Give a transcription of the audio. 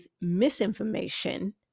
misinformation